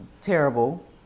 terrible